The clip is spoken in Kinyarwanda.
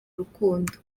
urukundo